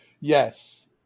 Yes